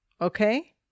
Okay